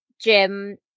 Jim